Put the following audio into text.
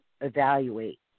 evaluate